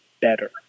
better